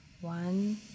one